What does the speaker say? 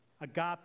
Agape